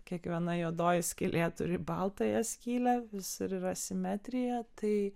kiekviena juodoji skylė turi baltąją skylę visur yra simetrija tai